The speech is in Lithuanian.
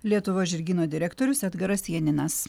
lietuvos žirgyno direktorius edgaras janinas